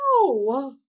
no